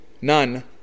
none